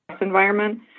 environment